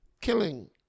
killing